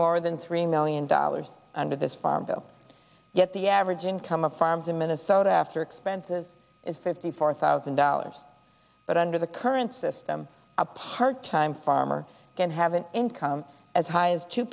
more than three million dollars under this farm bill yet the average income of farms in minnesota after expenses is fifty four thousand dollars but under the current system a part time farmer can have an income as high as two